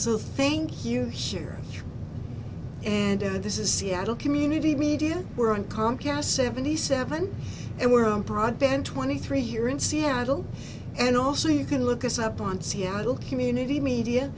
so thank you here and this is seattle community media we're on comcast seventy seven and we're on broadband twenty three here in seattle and also you can look us up on seattle community media